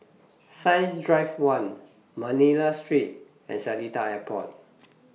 Science Drive one Manila Street and Seletar Airport